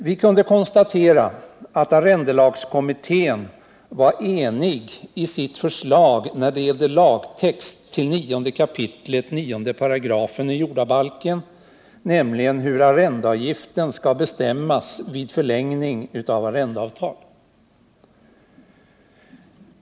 Vi kunde konstatera att arrendelagskommittén var enig i sitt förslag till lagtext till 9 kap. 9 § i jordabalken om hur arrendeavgiften skall bestämmas vid förlängning av arrendeavtal.